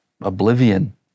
oblivion